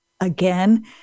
again